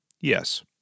Yes